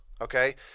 Okay